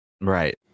Right